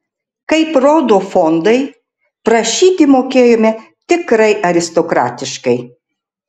kaip rodo fondai prašyti mokėjome tikrai aristokratiškai